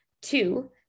two